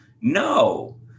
No